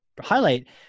highlight